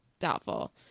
doubtful